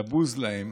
לבוז להם